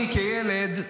אני כילד,